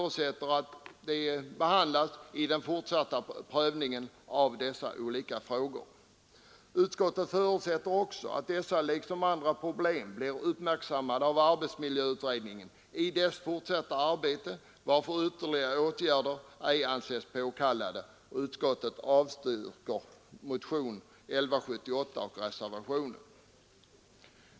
Utskottet förutsätter att dessa liksom andra problem uppmärksammas av arbetsmiljöutredningen vid dess fortsatta arbete, varför ytterligare åtgärder ej anses påkallade. Utskottet avstyrker motion 1178.